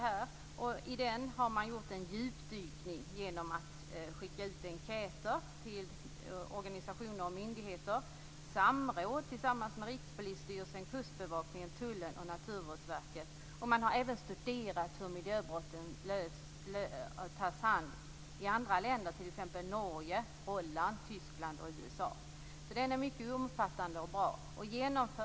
I rapporten redovisas för en djupdykning, som bl.a. har skett genom att skicka ut enkäter till organisationer och myndigheter och genom att ha samråd med Rikspolisstyrelsen, Kustbevakningen, Tullen och Naturvårdsverket. Man har även studerat hur miljöbrott hanteras i andra länder, t.ex. Norge, Holland, Tyskland och USA. Rapporten är mycket omfattande och bra.